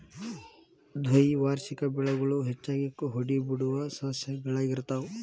ದ್ವೈವಾರ್ಷಿಕ ಬೆಳೆಗಳು ಹೆಚ್ಚಾಗಿ ಹೂಬಿಡುವ ಸಸ್ಯಗಳಾಗಿರ್ತಾವ